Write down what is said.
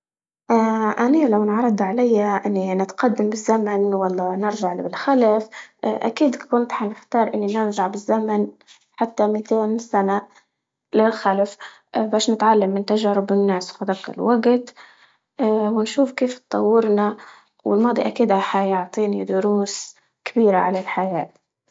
أنا لو انعرض عليا إني نتقدم بالزمن ولا نرجع للخلف، كنت حختار إني نرجع بالزمن حتى مئتين سنة للخلف باش نتعلم تجارب الناس، في هاذاك الوقت ونشوف كيف تطورنا والماضي أكيد حيعطيني دروس كبيرة عن الحياة.